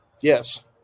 Yes